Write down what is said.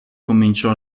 cominciò